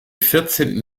vierzehnten